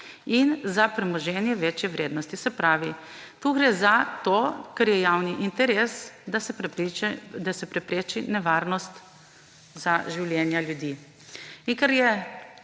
in za premoženje večje vrednosti. Se pravi, tu gre za to, kar je javni interes, da se prepreči nevarnost za življenja ljudi. In kar je